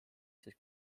sest